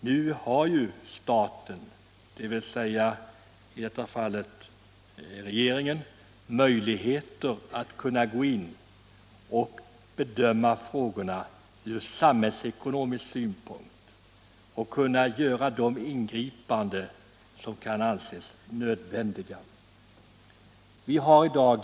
Nu har ju staten — i detta fall regeringen — möjligheter att gå in och bedöma frågorna ur samhällsekonomisk synpunkt och göra de ingripanden som kan anses nödvändiga.